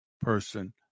person